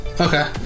Okay